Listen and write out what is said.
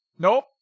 Nope